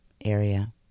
area